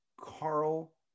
carl